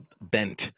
Bent